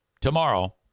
tomorrow